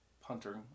Hunter